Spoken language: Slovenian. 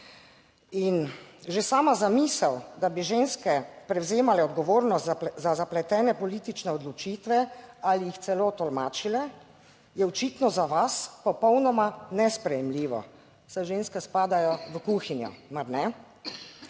In že sama zamisel, da bi ženske prevzemale odgovornost za zapletene politične odločitve ali jih celo tolmačile, je očitno za vas popolnoma nesprejemljivo, saj ženske spadajo v kuhinjo, mar ne?